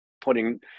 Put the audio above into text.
putting